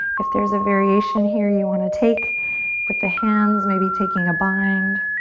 if there's a variation here you want to take with the hands, maybe taking a bind.